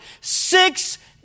Six